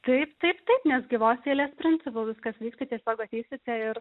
taip taip taip nes gyvos eilės principu viskas vyks tai tiesiog ateisite ir